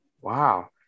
wow